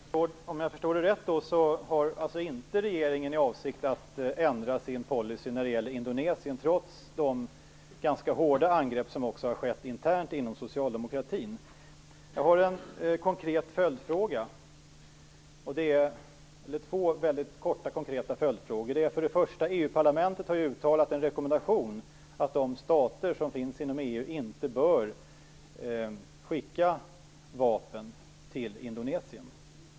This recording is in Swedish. Fru talman! Om jag förstår det hela rätt har alltså inte regeringen för avsikt att ändra sin policy när det gäller Indonesien, trots de ganska hårda angrepp som även har skett internt inom socialdemokratin. Jag har två korta och konkreta följdfrågor. För det första: Hur ser statsrådet på att EU-parlamentet har uttalat en stark rekommendation om att de stater som finns inom EU inte bör skicka vapen till Indonesien?